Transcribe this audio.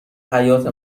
حیاط